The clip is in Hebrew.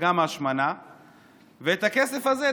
את הכסף הזה,